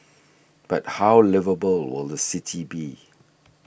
but how liveable will the city be